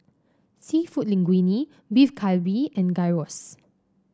seafood Linguine Beef Galbi and Gyros